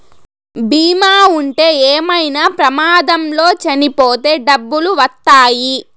బీమా ఉంటే ఏమైనా ప్రమాదంలో చనిపోతే డబ్బులు వత్తాయి